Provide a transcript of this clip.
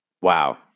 wow